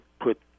put